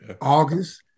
August